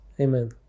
Amen